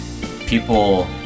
people